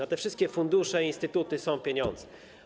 Na te wszystkie fundusze, instytuty są pieniądze.